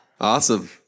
Awesome